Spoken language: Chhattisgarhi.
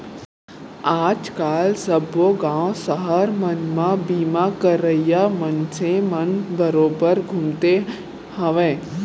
आज काल सब्बो गॉंव सहर मन म बीमा करइया मनसे मन बरोबर घूमते हवयँ